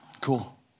Cool